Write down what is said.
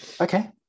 Okay